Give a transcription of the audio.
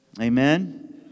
Amen